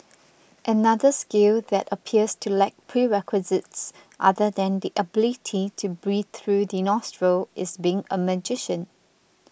another skill that appears to lack prerequisites other than the ability to breathe through the nostrils is being a magician